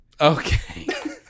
Okay